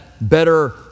better